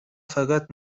فقط